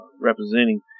representing